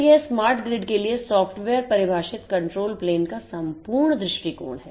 तो यह smart grid के लिए सॉफ्टवेयर परिभाषित controlप्लेन का सम्पूर्ण दृष्टिकोण है